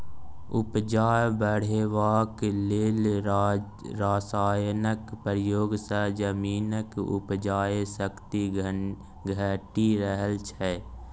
उपजा बढ़ेबाक लेल रासायनक प्रयोग सँ जमीनक उपजाक शक्ति घटि रहल छै